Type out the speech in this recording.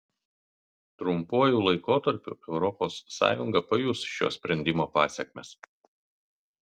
trumpuoju laikotarpiu europos sąjunga pajus šio sprendimo pasekmes